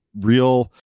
real